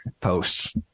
posts